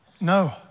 no